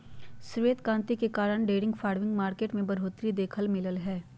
श्वेत क्रांति के कारण डेयरी फार्मिंग मार्केट में बढ़ोतरी देखे ल मिललय हय